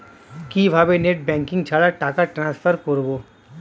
কিভাবে net banking ছাড়া টাকা টান্সফার করব?